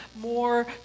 more